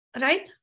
right